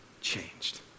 changed